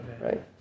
Right